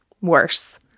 worse